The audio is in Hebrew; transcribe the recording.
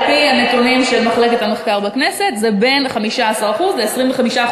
על-פי הנתונים של מחלקת המחקר בכנסת זה בין 15% ל-25%.